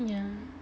yeah